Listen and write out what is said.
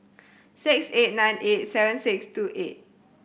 six eight nine eight seven six two eight